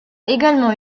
également